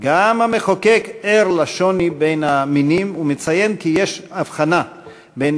גם המחוקק ער לשוני בין המינים ומציין כי יש הבחנה בין